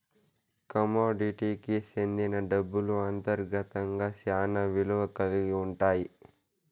కమోడిటీకి సెందిన డబ్బులు అంతర్గతంగా శ్యానా విలువ కల్గి ఉంటాయి